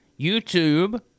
YouTube